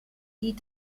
die